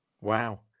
wow